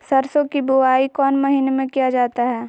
सरसो की बोआई कौन महीने में किया जाता है?